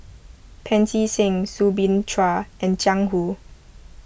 Pancy Seng Soo Bin Chua and Jiang Hu